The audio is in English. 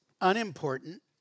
Unimportant